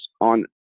on